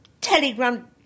telegram